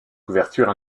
couverture